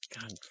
God